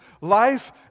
life